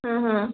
हां हां